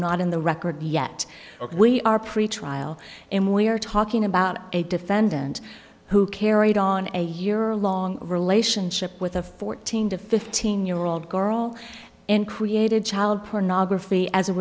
not in the record yet we are pretrial and we are talking about a defendant who carried on a year long relationship with a fourteen to fifteen year old girl and created child pornography as a